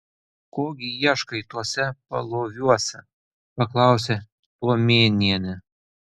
ko gi ieškai tuose paloviuose paklausė tuomėnienė